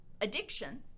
addiction